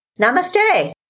Namaste